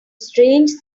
strange